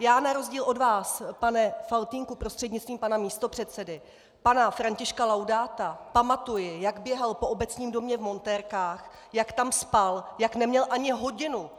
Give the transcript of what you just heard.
Já na rozdíl od vás, pane Faltýnku prostřednictvím pana místopředsedy, pana Františka Laudáta pamatuji, jak běhal po Obecním domě v montérkách, jak tam spal, jak neměl ani hodinu,